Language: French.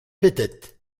pete